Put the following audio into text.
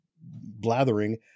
blathering